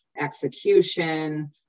execution